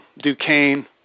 duquesne